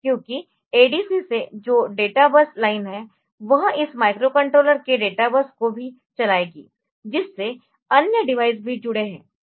क्योंकि ADC से जो डेटाबस लाइन है वह इस माइक्रोकंट्रोलर के डेटाबेस को भी चलाएगी जिससे अन्य डिवाइस भी जुड़े हुए है